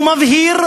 הוא מבהיר,